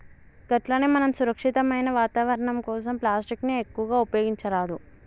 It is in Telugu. గట్లనే మనం సురక్షితమైన వాతావరణం కోసం ప్లాస్టిక్ ని ఎక్కువగా ఉపయోగించరాదు